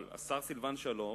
אבל השר סילבן שלום